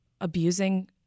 abusing